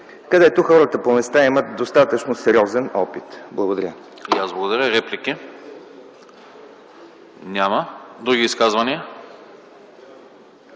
където хората по места имат достатъчно сериозен опит. Благодаря.